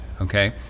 okay